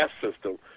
system